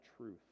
truth